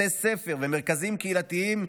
בתי ספר ומרכזים קהילתיים,